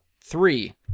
Three